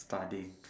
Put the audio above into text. studying